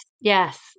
Yes